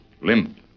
Limp